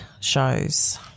shows